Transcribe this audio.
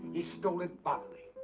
he stole it, bodily.